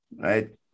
right